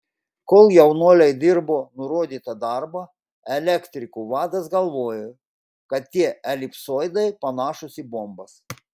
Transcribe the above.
kol jaunuoliai dirbo nurodytą darbą elektrikų vadas galvojo kad tie elipsoidai panašūs į bombas